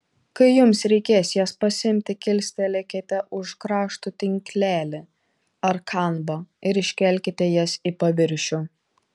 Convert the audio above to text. kai jums reikės jas pasiimti kilstelėkite už kraštų tinklelį ar kanvą ir iškelkite jas į paviršių